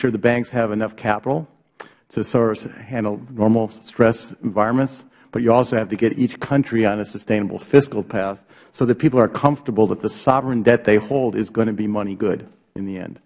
sure the banks have enough capital to sort of handle normal stress environments but you also have to get each country on a sustainable fiscal path so that people are comfortable that the sovereign debt they hold is going to be money good in the end